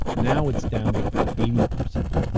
now it's down to about eighty percent.